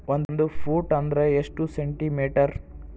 ಒಂದು ಫೂಟ್ ಅಂದ್ರ ಎಷ್ಟು ಸೆಂಟಿ ಮೇಟರ್?